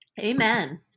amen